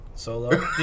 Solo